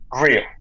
real